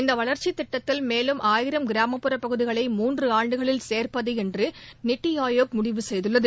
இந்த வளா்ச்சித் திட்டதில் மேலும் ஆயிரம் கிராமப்புற பகுதிகளை மூன்று ஆண்டுகளில் சேன்ப்பது என்று நித்தி ஆயோக் முடிவு செய்துள்ளது